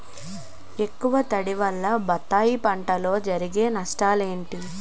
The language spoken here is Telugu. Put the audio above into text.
ఎక్కువ తడి వల్ల బత్తాయి పంటలో జరిగే నష్టాలేంటి?